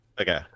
Okay